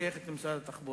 הקיצונית, כדי לקצץ בקצבאות